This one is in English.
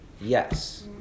yes